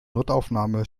notaufnahme